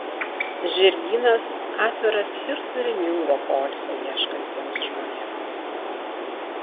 žirgynas atviras ir turiningo poilsio ieškantiems žmonėms